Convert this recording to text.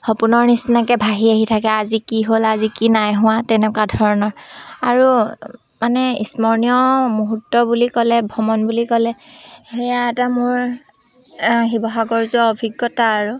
সপোনৰ নিচিনাকৈ ভাহি আহি থাকে আজি কি হ'ল আজি কি নাই হোৱা তেনেকুৱা ধৰণৰ আৰু মানে স্মৰণীয় মুহূৰ্ত বুলি ক'লে ভ্ৰমণ বুলি ক'লে সেয়া এটা মোৰ শিৱসাগৰ যোৱা অভিজ্ঞতা আৰু